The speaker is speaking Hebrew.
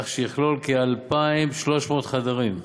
כך שהוא יכלול כ-2,300 חדרים.